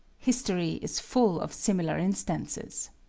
history is full of similar instances.